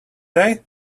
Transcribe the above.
they